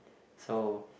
so